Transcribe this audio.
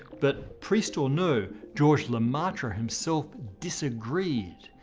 but priest or no, georges lemaitre himself disagreed,